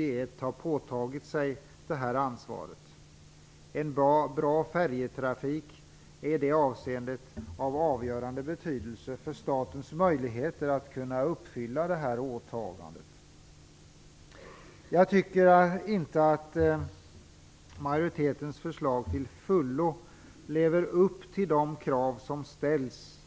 Staten har det ansvaret sedan 1971. En bra färjetrafik är i det avseendet av avgörande betydelse för statens möjligheter att uppfylla detta åtagande. Jag tycker inte att majoritetens förslag till fullo lever upp till de krav som ställs